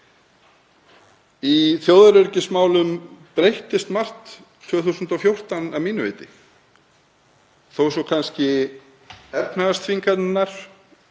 Í þjóðaröryggismálum breyttist margt 2014, að mínu viti, þó svo að efnahagsþvinganirnar